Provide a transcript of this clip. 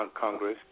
Congress